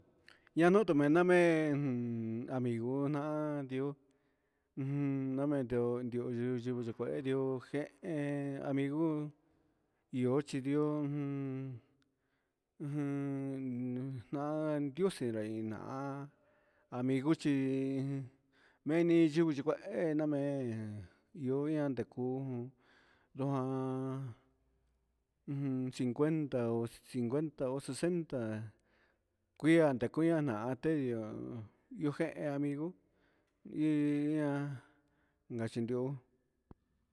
Ñanuu tumena me'e ujun amigo na'á di'ó ujun namen di'ó yuu yukunikue ndi'ó, ndujen amigo yichidió jun, ujun na'á nrixe ninán amigo chí meni yuku ni kuá hene ihona chikuu, lojan ujun cincuenta ho cincuenta ho secenta kuiña nikuña naté'e ndi'ó ndiojen amigo njiña nakanchin ndo'ó.